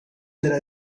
della